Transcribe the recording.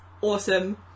awesome